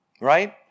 right